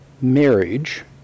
marriage